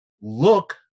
look